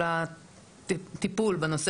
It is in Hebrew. כל הנושא של טיפול בלהט״ב,